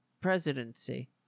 presidency